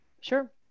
Sure